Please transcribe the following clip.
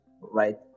right